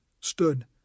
stood